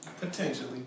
potentially